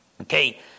Okay